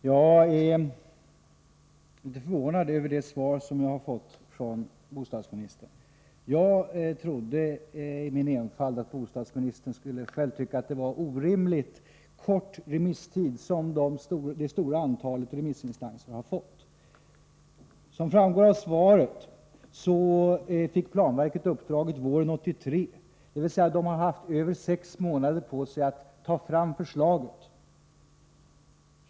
Herr talman! Jag är litet förvånad över bostadsministerns svar. I min enfald trodde jag att även bostadsministern skulle tycka att det stora antalet remissinstanser har fått en orimligt kort remisstid. Av svaret framgår att planverket våren 1983 fick i uppdrag att utarbeta föreskrifter — dvs. man har haft drygt sex månader på sig att färdigställa ett förslag.